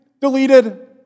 deleted